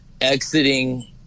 exiting